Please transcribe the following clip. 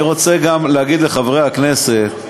אני רוצה גם להגיד לחברי הכנסת: